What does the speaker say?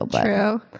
True